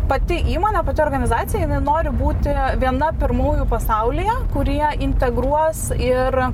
pati įmonė pati organizacija jinai nori būti viena pirmųjų pasaulyje kurie integruos ir